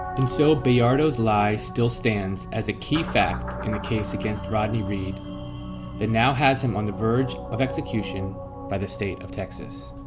and so bayardo's lie still stands as a key fact in the case against rodney reed that now has him on the verge of execution by the state of texas.